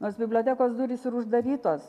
nors bibliotekos durys ir uždarytos